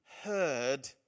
heard